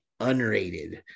unrated